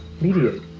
mediate